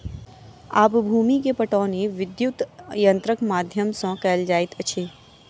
आब भूमि के पाटौनी विद्युत यंत्रक माध्यम सॅ कएल जाइत अछि